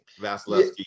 Vasilevsky